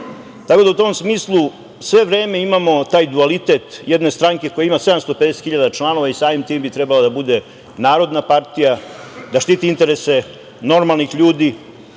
Tako da u tom smislu sve vreme imamo taj dualitet jedne stranke koja ima 750.000 članova i samim tim bi trebalo da bude narodna partija, da štiti interese normalnih ljudi,